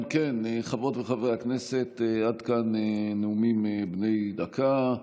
אם כן, חברות וחברי הכנסת, עד כאן נאומים בני דקה.